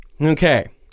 okay